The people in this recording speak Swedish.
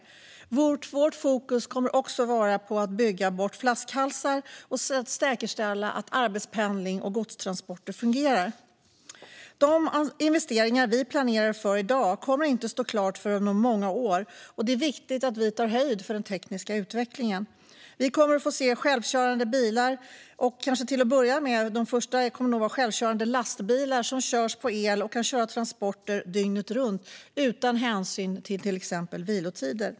Vårt fokus kommer också att ligga på att bygga bort flaskhalsar och säkerställa att arbetspendling och godstransporter fungerar. De investeringar vi planerar för i dag kommer inte att stå klara förrän om många år, och det är viktigt att vi tar höjd för den tekniska utvecklingen. Vi kommer att få se självkörande bilar, och de första kommer nog att vara självkörande lastbilar som går på el och kan köra transporter dygnet runt, utan hänsyn till exempelvis vilotider.